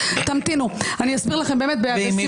תמתינו, אסביר לכם, באמת בשמחה.